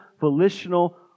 volitional